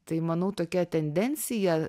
tai manau tokia tendencija